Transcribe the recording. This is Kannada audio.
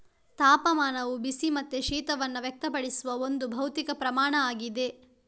ತಾಪಮಾನವು ಬಿಸಿ ಮತ್ತೆ ಶೀತವನ್ನ ವ್ಯಕ್ತಪಡಿಸುವ ಒಂದು ಭೌತಿಕ ಪ್ರಮಾಣ ಆಗಿದೆ